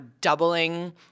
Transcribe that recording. doubling